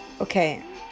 Okay